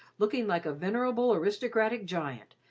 looking like a venerable aristocratic giant,